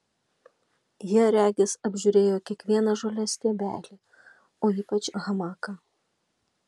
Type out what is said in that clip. jie regis apžiūrėjo kiekvieną žolės stiebelį o ypač hamaką